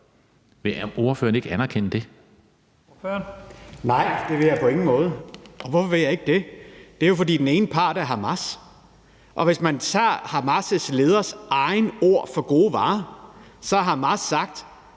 Michael Aastrup Jensen (V): Nej, det vil jeg på ingen måde, og hvorfor vil jeg ikke det? Det er jo, fordi den ene part er Hamas, og hvis man tager Hamas' leders egne ord for gode varer, så har Hamas sagt,